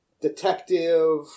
detective